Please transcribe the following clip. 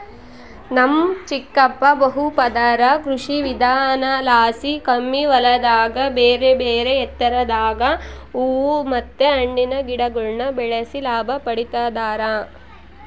ನಮ್ ಚಿಕ್ಕಪ್ಪ ಬಹುಪದರ ಕೃಷಿವಿಧಾನಲಾಸಿ ಕಮ್ಮಿ ಹೊಲದಾಗ ಬೇರೆಬೇರೆ ಎತ್ತರದಾಗ ಹೂವು ಮತ್ತೆ ಹಣ್ಣಿನ ಗಿಡಗುಳ್ನ ಬೆಳೆಸಿ ಲಾಭ ಪಡಿತದರ